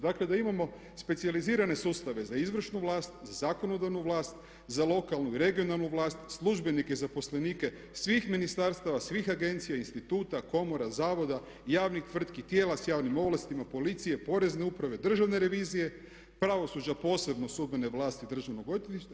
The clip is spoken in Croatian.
Dakle da imamo specijalizirane sustave za izvršnu vlast, za zakonodavnu vlast, za lokalnu i regionalnu vlast, službenike i zaposlenike svih ministarstava, svih agencija, instituta, komora, zavoda, javnih tvrtki, tijela sa javnim ovlastima, policije, porezne uprave, državne revizije, pravosuđa posebno, sudbene vlasti državnog odvjetništva.